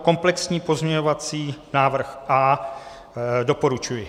Komplexní pozměňovací návrh A doporučuji.